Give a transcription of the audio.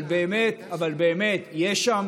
אבל באמת, אבל באמת יש שם